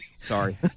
Sorry